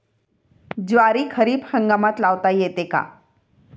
ज्वारी खरीप हंगामात लावता येते का?